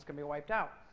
to be wiped out.